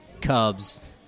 Cubs